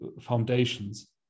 foundations